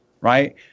Right